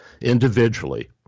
individually